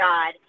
God